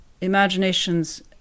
imagination's